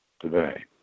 today